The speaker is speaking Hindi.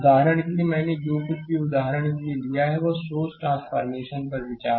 उदाहरण के लिए मैंने जो कुछ भी उदाहरण के लिए लिखा है इस सोर्स ट्रांसफॉरमेशन पर विचार करें